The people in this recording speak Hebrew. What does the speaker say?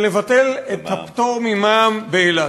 לבטל את הפטור ממע"מ באילת.